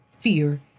fear